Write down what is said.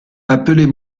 appelez